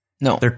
No